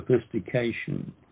sophistication